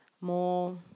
more